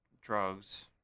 drugs